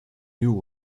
new